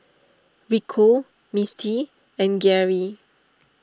Rico Misti and Geary